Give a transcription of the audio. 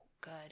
good